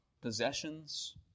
possessions